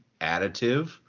additive